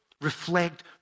reflect